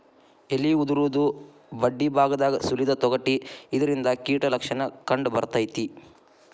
ಎಲಿ ಉದುರುದು ಬಡ್ಡಿಬಾಗದಾಗ ಸುಲಿದ ತೊಗಟಿ ಇದರಿಂದ ಕೇಟ ಲಕ್ಷಣ ಕಂಡಬರ್ತೈತಿ